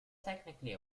technically